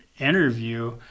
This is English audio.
interview